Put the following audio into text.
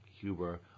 Huber